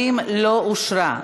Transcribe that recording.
20 לא אושרה.